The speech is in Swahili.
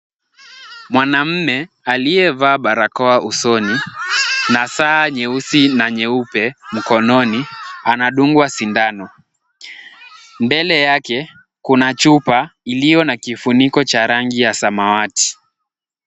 Mwanaume aliyevaaa barakoa usoni na saa nyeusi na nyeupe mkononi anadungwa sindano. Mbele yake kuna chupa iliyo na kifuniko cha rangi ya samawati.